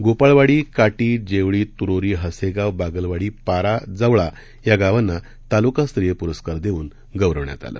गोपाळवाडी काटी जेवळी तुरोरी हसेगाव बागलवाडी पारा जवळा या गावांना तालुकास्तरीय पुरस्कार देऊन गौरवण्यात आलं